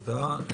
תודה.